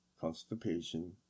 constipation